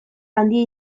handia